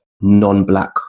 non-black